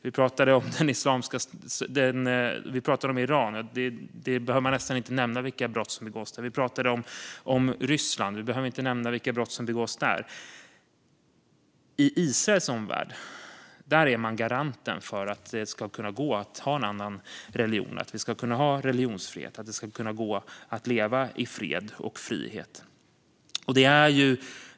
Vi talar om Iran. Vi behöver nästan inte nämna vilka brott som begås där. Vi talar om Ryssland. Vi behöver inte nämna vilka brott som begås där. I Israels omvärld är man garanten för att det ska kunna gå att ha en annan religion. Man ska kunna ha religionsfrihet, och det ska kunna gå att leva i fred och frihet.